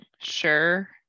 sure